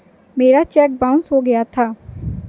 मेरा cheque bounce हो गया था